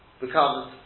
becomes